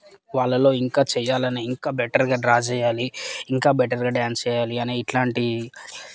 వాళ్ళల్లో ఇంకా చేయాలని ఇంకా బెటర్గా డ్రా చేయాలి ఇంకా బెటర్గా డ్యాన్స్ చేయాలి అనే ఇలాంటి